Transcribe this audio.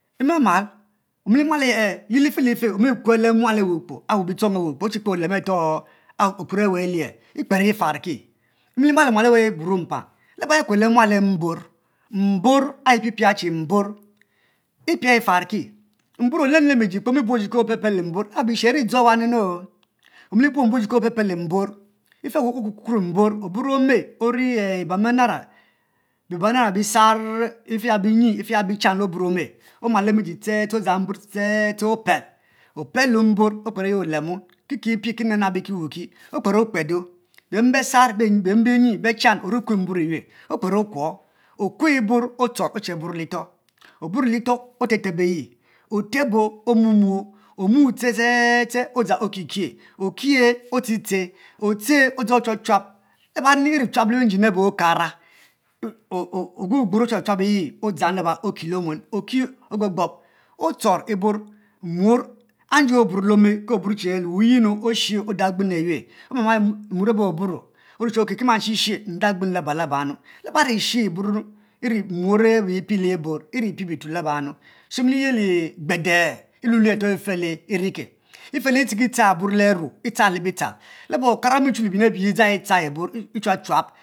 Omilima lo aye eh lite life omi kue le mual awukpo ochi kper olemo areto okpere a alie ekpero farki, imilimalo mual awe eburo mpam laba ekuel le mual embor mborr ayi piepie ya che mborr epia efaki mbor obuong iji che opie mborr, laba bishi ai dzo laba nunu. oborr ome ori ibam nara bbisan ife binyi ife ya bichan le mborr ome oma llem iji odzang mborr aye ste ste ste opel ope mbor okper eyi olemo kipi nabnab kiwa ki okper okpedo, be me besar bechan ori kue mborr eyiue okper oku o, okue ibor otuor oche buro lifoh obur o litoh ofeb teb ey otebo omumuo ste ste ste odzang okikie okie otete otey ochuap chuap la ba ri chuap be engine abe okara ogbu gbor ochuap chuap eyi oki le omuen ogbobgbob otorr ibor muor ende oburo le me le wuyinu oshie odang agbenu ayue oma mal muor abe oburo orue che oke ki ma she she ndang gnenu laba laba laba eri she muor eripie bituel labanu se emi liyeh gbede elue lue areto ifele iri ke ife le iri ki tchar ibono le oruo itchar le bitchan laba okara omi chu le binyin abi dzang epia bom echuab chuab